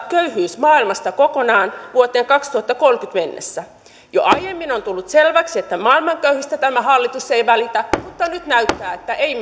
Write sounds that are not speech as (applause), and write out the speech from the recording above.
(unintelligible) köyhyys maailmasta kokonaan vuoteen kaksituhattakolmekymmentä mennessä jo aiemmin on tullut selväksi että maailman köyhistä tämä hallitus ei välitä mutta nyt näyttää että ei (unintelligible)